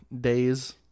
days